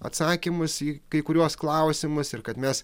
atsakymus į kai kuriuos klausimus ir kad mes